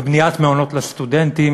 ובניית מעונות לסטודנטים,